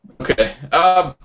Okay